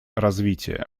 развития